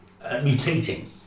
mutating